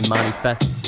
Manifest